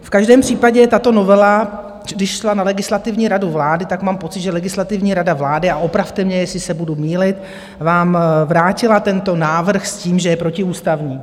V každém případě tato novela, když šla na Legislativní radu vlády, tak mám pocit, že Legislativní rada vlády, a opravte mě, jestli se budu mýlit, vám vrátila tento návrh s tím, že je protiústavní.